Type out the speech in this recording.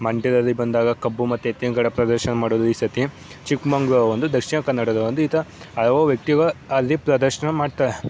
ಮಂಡ್ಯದಲ್ಲಿ ಬಂದಾಗ ಕಬ್ಬು ಮತ್ತು ಎತ್ತಿನ್ಗಾಡಿಗೆ ಪ್ರದರ್ಶನ ಮಾಡೋದು ಈ ಸರ್ತಿ ಚಿಕ್ಕಮಗ್ಳೂರು ಒಂದು ದಕ್ಷಿಣ ಕನ್ನಡದ ಒಂದು ಈ ತ ಹಲವು ವ್ಯಕ್ತಿಗಳು ಅಲ್ಲಿ ಪ್ರದರ್ಶನ ಮಾಡ್ತಾರೆ